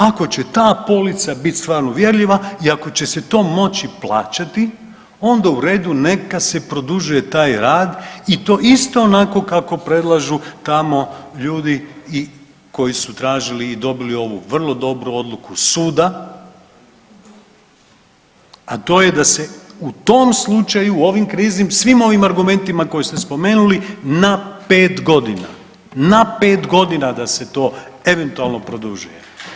Ako će ta polica biti stvarno uvjerljiva i ako će se to moći plaćati onda u redu, neka se produžuje taj rad i to isto onako kako predlažu tamo ljudi koji su tražili i dobili ovu vrlo dobru odluku suda, a to je da se u tom slučaju u ovim kriznim svim ovim argumentima koje ste spomenuli na pet godina, na pet godina da se to eventualno produžuje.